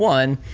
one,